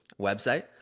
website